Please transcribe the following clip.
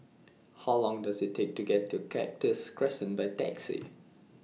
How Long Does IT Take to get to Cactus Crescent By Taxi